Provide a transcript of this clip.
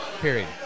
period